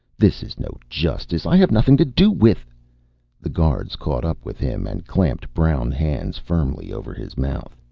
this is no justice! i have nothing to do with the guards caught up with him and clamped brown hands firmly over his mouth.